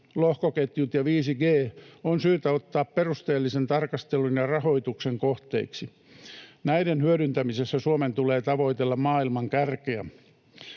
lohkoketjut ja 5G on syytä ottaa perusteellisen tarkastelun ja rahoituksen kohteiksi. Näiden hyödyntämisessä Suomen tulee tavoitella maailman kärkeä.